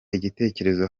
igitekerezo